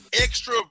extra